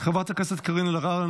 חברת הכנסת קארין אלהרר,